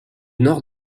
nord